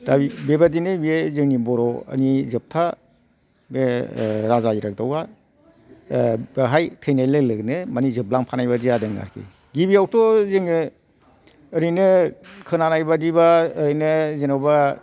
दा बेबायदिनो बेयो जोंनि बर'नि जोबथा बे राजा इरागदावा बेहाय थैनाय लोगो लोगो जोबलांफानाय बायदि जादों आरो गिबियावथ' जोङो ओरैनो खोनानाय बायदिबा ओरैनो जेन'बा